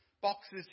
boxes